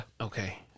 Okay